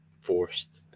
forced